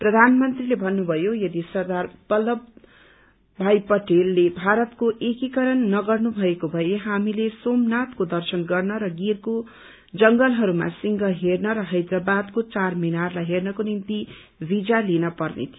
प्रधानमन्त्रीले भन्नुभयो यदि सरदार पटेलले भारतको एकीकरण नगर्नुभएको भए हामीले सोमनाथको दर्शन गर्न र गिरको जंगलहरूमा सिंह हेर्न या हैदरावादको चार मीनारलाई हेर्नको निम्ति वीजा लिन पर्ने थियो